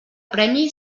premi